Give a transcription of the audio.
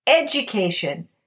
Education